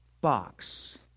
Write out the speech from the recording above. box